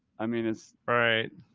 i mean, it's right.